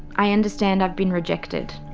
i understand i've been rejected.